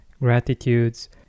gratitudes